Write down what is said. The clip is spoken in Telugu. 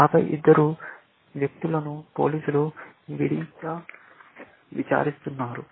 ఆపై ఇద్దరు వ్యక్తులను పోలీసులు విడిగా విచారిస్తున్నారు